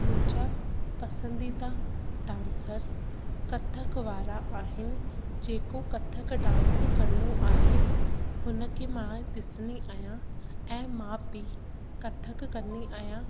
मुंहिंजा पसंदीदा डांसर कथक वारा आहिनि जेको कथक डांस करणो आहे हुन खे मां ॾिसंदी आहियां ऐं मां बि कथक कंदी आहियां